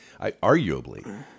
arguably